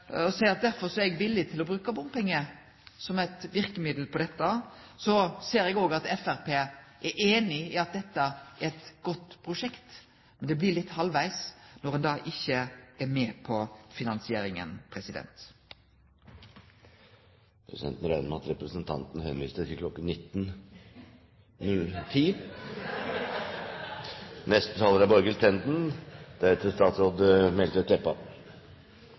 villig til å bruke bompengar som eit verkemiddel her. Så ser eg at òg Framstegspartiet er einig i at dette er eit godt prosjekt, men det blir litt halvvegs når ein ikkje er med på finansieringa. Presidenten regner med at representanten henviste til kl. 19.10. Jeg ønsker bare kort å føye meg inn i rekken av dem som synes at dette er